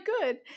good